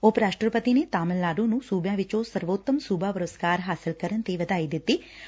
ਉਪ ਰਾਸਟਰਪਤੀ ਨੇ ਤਾਮਿਲਨਾਡੂ ਨੂੰ ਸੂਬਿਆਂ ਵਿਚੋਂ ਸਰਵੋਤਮ ਸੂਬਾ ਪੁਰਸਕਾਰ ਹਾਸਲ ਕਰਨ ਤੇ ਵਧਾਈ ਦਿੱਤੀ ਐ